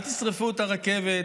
אל תשרפו את הרכבת.